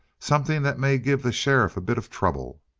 something that may give the sheriff a bit of trouble.